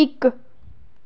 इक